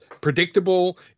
predictable